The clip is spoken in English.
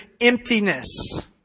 emptiness